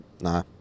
Nah